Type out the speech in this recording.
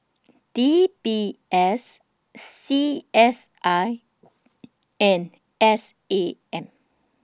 D B S C S I and S A M